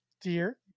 Dear